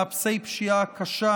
מעשי פשיעה קשים,